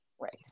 Right